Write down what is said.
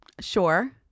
Sure